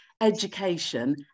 education